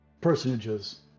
personages